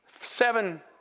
seven